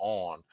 on